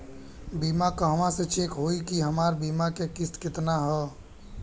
बीमा कहवा से चेक होयी की हमार बीमा के किस्त केतना ह?